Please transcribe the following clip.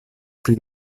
pri